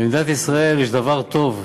במדינת ישראל יש דבר טוב,